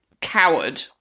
coward